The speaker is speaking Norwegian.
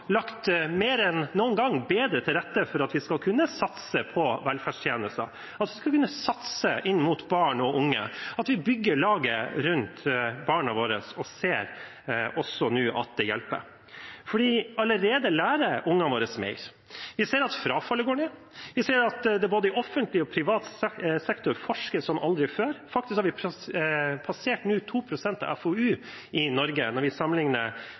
lagt bedre til rette for at vi skal kunne satse på velferdstjenester, satse på barn og unge, at vi bygger laget rundt barna våre, og vi ser nå at det hjelper. Allerede lærer ungene våre mer. Vi ser at frafallet går ned. Vi ser at det både i offentlig og privat sektor forskes som aldri før. Faktisk har vi nå passert 2 pst. av FoU i Norge, når vi